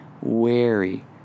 wary